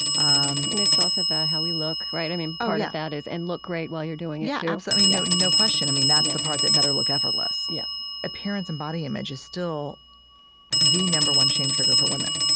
um and it's also about how we look, right? i mean, part of that is, and look great while you're doing it too oh, yeah, absolutely, no no question. i mean, that's the part that better look effortless. yeah appearance and body image is still the number one shame trigger for women.